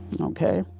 okay